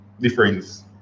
difference